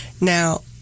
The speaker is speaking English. Now